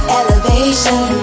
elevation